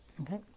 Okay